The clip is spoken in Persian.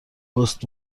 پست